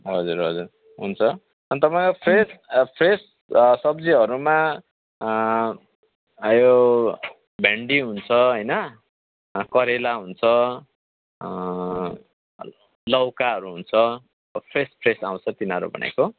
हजुर हजुर हुन्छ अनि तपाईँलाई फ्रेस फ्रेस सब्जीहरूमा आयो भिन्डी हुन्छ होइन करेला हुन्छ लौकाहरू हुन्छ फ्रेस फ्रेेस आउँछ तिनीहरू भनेको